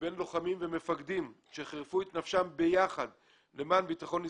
בין לוחמים ומפקדים שחירפו את נפשם ביחד למען בטחון ישראל.